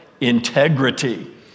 integrity